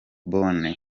bonne